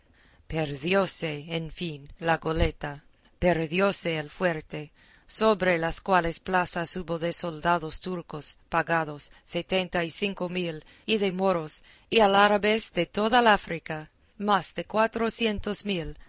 perdióse en fin la goleta perdióse el fuerte sobre las cuales plazas hubo de soldados turcos pagados setenta y cinco mil y de moros y alárabes de toda la africa más de cuatrocientos mil